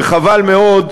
וחבל מאוד,